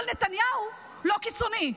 אבל נתניהו לא קיצוני,